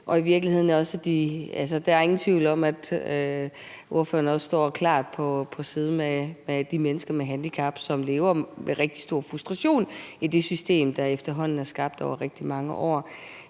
gode tale. Der er ingen tvivl om, at ordføreren også klart står på side med de mennesker med handicap, som lever med rigtig stor frustration i det system, der er skabt over efterhånden rigtig mange år.